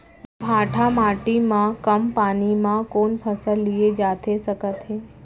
भांठा माटी मा कम पानी मा कौन फसल लिए जाथे सकत हे?